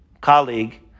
colleague